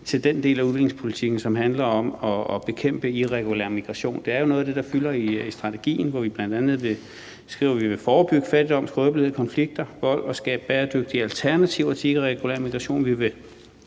til den del af udviklingspolitikken, som handler om at bekæmpe irregulær migration. Det er jo noget af det, der fylder i strategien, hvor vi bl.a. skriver, at vi vil forebygge fattigdom, skrøbelighed i konflikter og vold, og at vi vil skabe bæredygtige alternativer til irregulær migration.